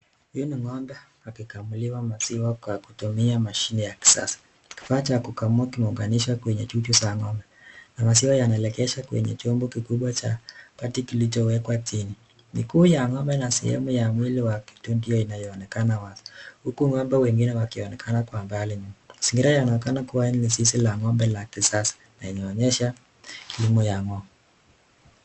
Hii ni ng'ombe akikamuliwa akitumia mashine ya kisasa kifaa Cha kukamua limewekwa kw titi ya ng'ombe na maziwa yanaelekezwa kwenye kitu mikubwa Cha kilichowekwa chini miguu ya ng'ombe na sehemu ya mwili ndiyo inavyoonekana huku ng'ombe wengine wakionekana kwa mbali mazingira yanaonekana kwenye zizi la ng'ombe la kisasa inaonyesha kimo ya ng'ombe.